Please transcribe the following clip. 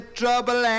trouble